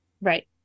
Right